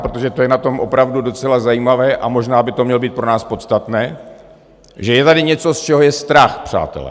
Protože to je na tom opravdu docela zajímavé a možná by to mělo být pro nás podstatné, že je tady něco, z čeho je strach, přátelé.